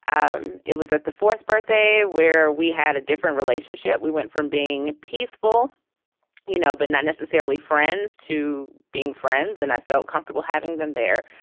um it was at the fourth birthday where we had a different relationship we went from being peaceful you know but not necessarily friends to being friends and i felt comfortable having them there.